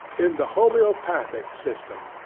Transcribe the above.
in the homoeopathic system.